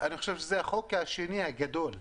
אני חושב שזה החוק הגדול השני